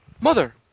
Mother